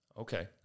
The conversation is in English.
Okay